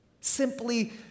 Simply